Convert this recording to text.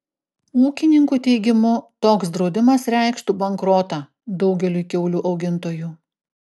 ūkininkų teigimu toks draudimas reikštų bankrotą daugeliui kiaulių augintojų